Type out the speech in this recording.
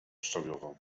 szczawiową